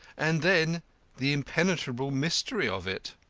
and then the impenetrable mystery of it!